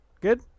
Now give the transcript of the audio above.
Good